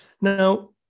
Now